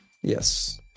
Yes